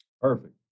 Perfect